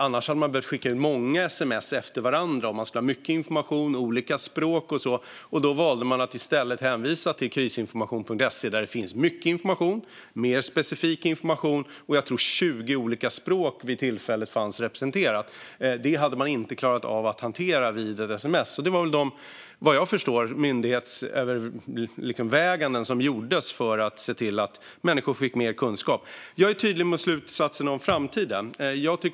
Om det skulle vara mycket information, olika språk och så vidare hade man behövt skicka ut många sms efter varandra. Då valde man att i stället hänvisa till Krisinformation.se, där det finns mycket information och mer specifik information. Jag tror också att det vid tillfället fanns 20 olika språk representerade. Det hade man inte klarat av att hantera i ett sms. Vad jag förstår var det dessa myndighetsöverväganden som gjordes för att se till att människor fick mer kunskap. Jag är tydlig med slutsatserna om framtiden.